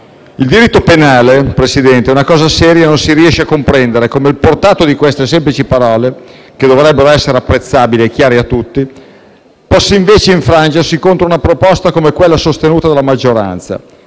Il diritto penale, Presidente, è una cosa seria e non si riesce a comprendere come il portato di queste semplici parole, che dovrebbero essere apprezzabili e chiare a tutti, possa invece infrangersi contro una proposta come quella sostenuta dalla maggioranza